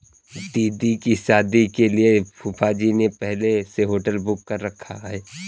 दीदी की शादी के लिए फूफाजी ने पहले से होटल बुक कर रखा है